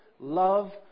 Love